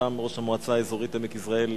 ובראשם ראש המועצה האזורית עמק יזרעאל